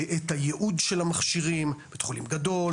את הייעוד של המכשירים בית חולים גדול,